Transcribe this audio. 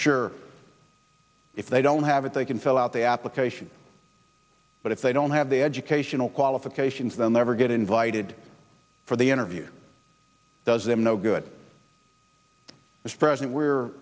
sure if they don't have it they can fill out the application but if they don't have the educational qualifications then never get invited for the interview does them no good as president we